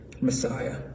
Messiah